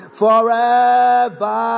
forever